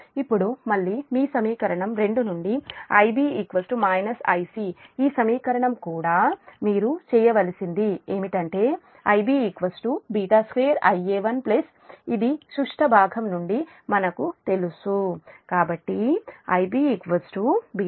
ఇప్పుడు మళ్ళీ మీ సమీకరణం నుండి Ib Ic ఈ సమీకరణం కూడా మీరు చేయవలసింది ఏమిటంటే Ib β2 Ia1 ఇది సుష్ట భాగం నుండి మనకు తెలుసు